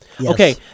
okay